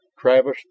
Travis